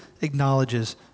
acknowledges